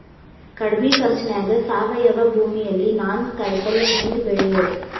ಕಡಮಿ ಖರ್ಚನ್ಯಾಗ್ ಸಾವಯವ ಭೂಮಿಯಲ್ಲಿ ನಾನ್ ಕಾಯಿಪಲ್ಲೆ ಹೆಂಗ್ ಬೆಳಿಯೋದ್?